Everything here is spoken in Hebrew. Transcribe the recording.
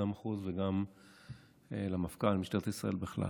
המחוז וגם למפכ"ל משטרת ישראל בכלל.